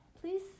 please